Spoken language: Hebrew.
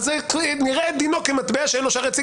נראה את דינו כמטבע שאין לו שער יציג